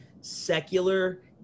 secular